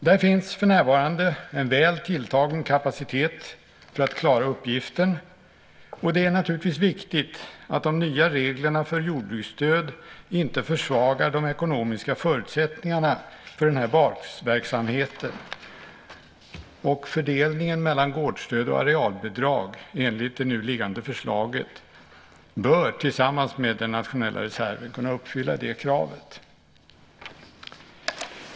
Det finns för närvarande en väl tilltagen kapacitet för att klara uppgiften, och det är naturligtvis viktigt att de nya reglerna för jordbruksstöd inte försvagar de ekonomiska förutsättningarna för den här verksamheten. Fördelningen mellan gårdsstöd och arealbidrag, enligt det nu liggande förslaget, bör tillsammans med den nationella reserven kunna uppfylla det kravet.